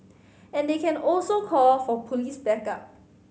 and they can also call for police backup